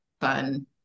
fun